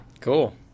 cool